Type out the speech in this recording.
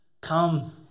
Come